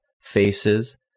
faces